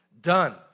done